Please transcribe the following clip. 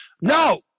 No